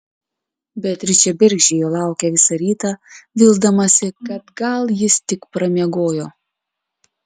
beatričė bergždžiai jo laukė visą rytą vildamasi kad gal jis tik pramiegojo